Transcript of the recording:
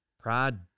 Pride